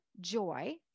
joy